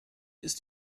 ist